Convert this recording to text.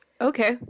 okay